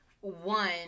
one